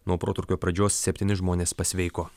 nuo protrūkio pradžios septyni žmonės pasveiko